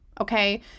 okay